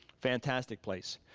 fantastic place.